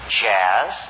jazz